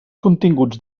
continguts